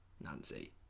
Nancy